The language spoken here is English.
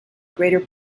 greater